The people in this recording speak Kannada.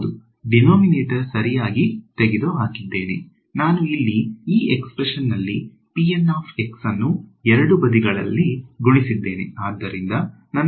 ಹೌದು ದಿನೊಮಿನೆಟೊರ್ ಸರಿಯಾಗಿ ತೆಗೆದುಹಾಕಿದ್ದೇನೆ ನಾನು ಇಲ್ಲಿ ಈ ಎಕ್ಸ್ಪ್ರೆಶನ್ ನಲ್ಲಿ ಅನ್ನು ಎರಡೂ ಬದಿಗಳಲ್ಲಿ ಗುಣಿಸಿದ್ದೇನೆ